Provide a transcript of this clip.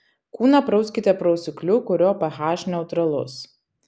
kūną prauskite prausikliu kurio ph neutralus